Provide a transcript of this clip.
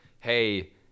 Hey